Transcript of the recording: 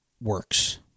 works